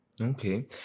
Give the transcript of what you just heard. Okay